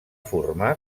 formar